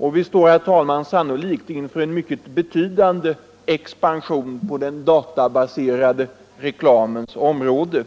Vi står sannolikt inför en mycket betydande expansion på den databaserade direktreklamens område.